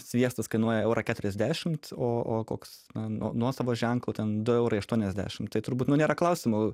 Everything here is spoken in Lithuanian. sviestas kainuoja eurą keturiasdešimt o o koks nuosavo ženklo ten du eurai aštuoniasdešim tai turbūt nu nėra klausimo